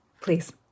Please